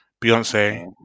Beyonce